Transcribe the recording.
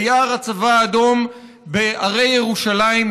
ביער הצבא האדום בהרי ירושלים,